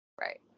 right